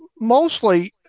mostly